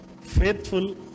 faithful